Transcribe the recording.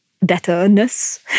betterness